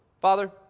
Father